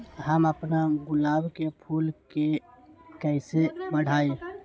हम अपना गुलाब के फूल के कईसे बढ़ाई?